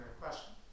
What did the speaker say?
question